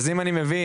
אז אם אני מבין,